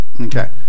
Okay